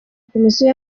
komisiyo